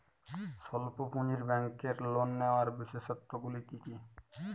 স্বল্প পুঁজির ব্যাংকের লোন নেওয়ার বিশেষত্বগুলি কী কী?